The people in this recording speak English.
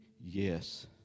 yes